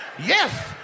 Yes